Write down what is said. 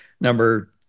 Number